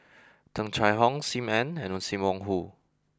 Tung Chye Hong Sim Ann and Sim Wong Hoo